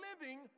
living